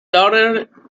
daughter